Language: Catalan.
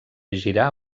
girar